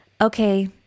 okay